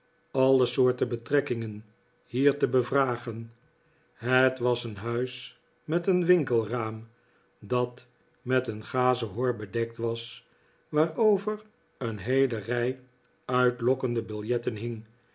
alle soorten betrekkingen hier te bevragen het was een huis met een winkelraam dat met een gazen hor gedekt was waarover een heele rij uitlokkende biljetten hing